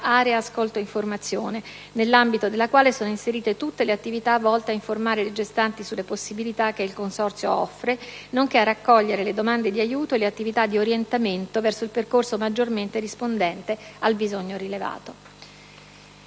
all'«area ascolto e informazione», nell'ambito della quale sono inserite tutte le attività volte a informare le gestanti sulle possibilità che il consorzio offre, nonché a raccogliere le domande di aiuto e le attività di orientamento verso il percorso maggiormente rispondente al bisogno rilevato.